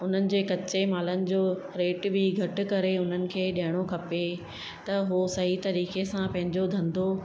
उन्हनि जे कचे मालनि जो रेट बि घटि करे उन्हनि खे ॾियणो खपे त हू सही तरीक़े सां पंहिंजो धंधो